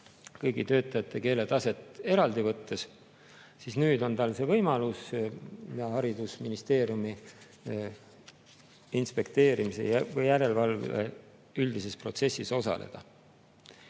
kõigi töötajate keeletaset eraldi võttes, siis nüüd on tal võimalus haridusministeeriumipoolse inspekteerimise või järelevalve üldises protsessis osaleda.